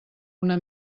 una